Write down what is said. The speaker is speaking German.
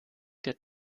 der